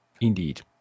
indeed